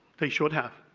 they should have.